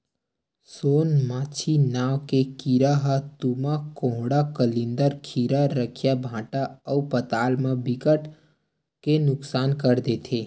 सोन मांछी नांव के कीरा ह तुमा, कोहड़ा, कलिंदर, खीरा, रखिया, भांटा अउ पताल ल बिकट के नुकसान कर देथे